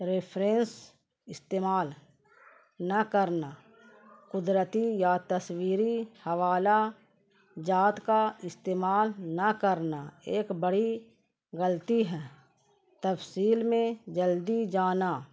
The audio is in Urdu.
ریفرینس استعمال نہ کرنا قدرتی یا تصویری حوالہ جات کا استعمال نہ کرنا ایک بڑی غلطی ہے تفصیل میں جلدی جانا